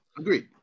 Agreed